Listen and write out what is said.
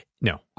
No